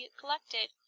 collected